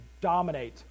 dominate